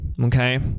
okay